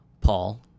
Paul